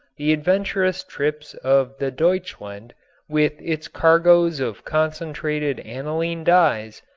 the adventurous trips of the deutschland with its cargoes of concentrated aniline dyes,